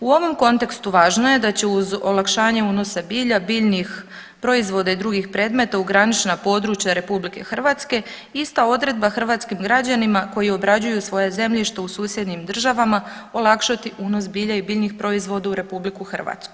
U ovom kontekstu važno je da će uz olakšanje unosa bilja, biljnih proizvoda i drugih predmeta u granična područja RH ista odredba hrvatskim građanima koji obrađuju svoje zemljište u susjednim državama olakšati unos bilja i biljnih proizvoda u RH.